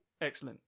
Excellent